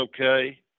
okay